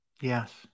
Yes